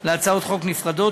להצעות חוק נפרדות,